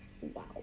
wow